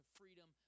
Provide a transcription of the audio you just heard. freedom